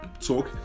talk